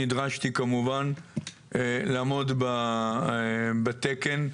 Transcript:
נדרשתי כמובן לעמוד בתקן.